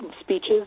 speeches